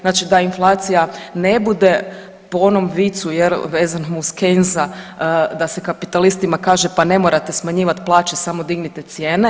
Znači da inflacija ne bude po onom vicu, jel' vezano uz Kenza da se kapitalistima kaže pa ne morate smanjivati plaće, samo dignite cijene.